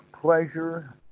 pleasure